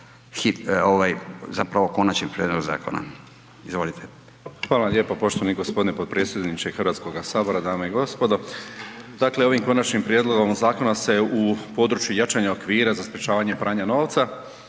zapravo konačni prijedlog zakona. Izvolite. **Zrinušić, Zdravko** Hvala vam lijepo poštovani gospodine potpredsjedniče Hrvatskog sabora. Dame i gospodo, dakle ovim konačnim prijedlogom zakona se u području jačanja okvira za sprječavanje pranja novca